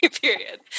period